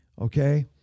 okay